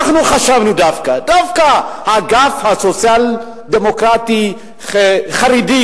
חשבנו דווקא שהאגף הסוציאל-דמוקרטי החרדי,